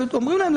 ואומרים להם,